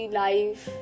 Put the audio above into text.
life